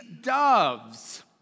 doves